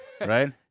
right